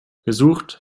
gesucht